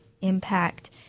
impact